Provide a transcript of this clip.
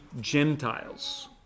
Gentiles